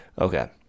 okay